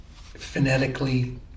phonetically